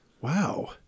Wow